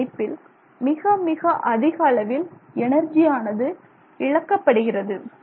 இந்த அமைப்பில் மிக மிக அதிக அளவில் எனர்ஜியானது இழக்கப்படுகிறது